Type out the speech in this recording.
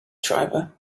driver